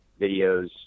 videos